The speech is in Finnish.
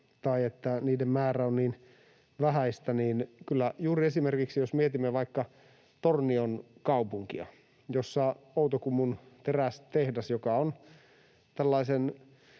tai että niiden määrä on niin vähäinen. Mutta kyllä esimerkiksi, jos mietimme vaikka Tornion kaupunkia, jossa on Outokummun terästehdas, joka on